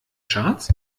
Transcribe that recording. charts